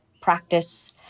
practice